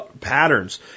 patterns